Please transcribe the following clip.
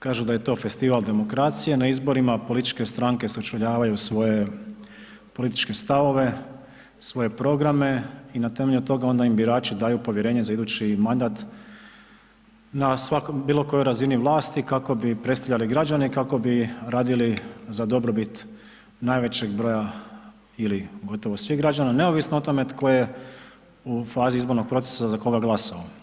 Kažu da je to festival demokracije, na izborima političke stranke sučeljavaju svoje političke stavove, svoje programe i na temelju toga onda im birači daju povjerenje za idući mandat na bilo kojoj razini vlasti kako bi predstavljali građane i kako bi radili za dobrobit najvećeg broja ili gotovo svih građana neovisno o tome tko je u fazi izbornog procesa za koga glasao.